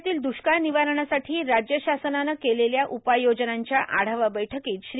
राज्यातील द्दष्काळ र्निवारणासाठी राज्य शासनाने केलेल्या उपाययोजनांच्या आढावा बैठकांत श्री